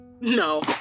no